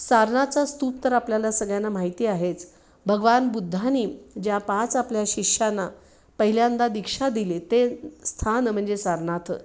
सारनाथचा स्तूप तर आपल्याला सगळ्यांना माहिती आहेच भगवान बुद्धानी ज्या पाच आपल्या शिष्यांना पहिल्यांदा दीक्षा दिले ते स्थान म्हणजे सारनाथ